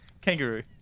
Kangaroo